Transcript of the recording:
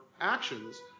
actions